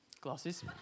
Glasses